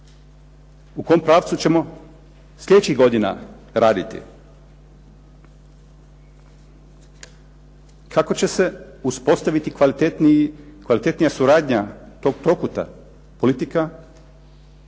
U kom pravcu ćemo sljedećih godina raditi? Kako će se uspostaviti kvalitetnija suradnja tog trokuta